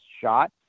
shot